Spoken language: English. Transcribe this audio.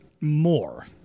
more